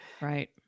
Right